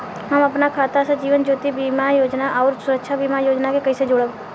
हम अपना खाता से जीवन ज्योति बीमा योजना आउर सुरक्षा बीमा योजना के कैसे जोड़म?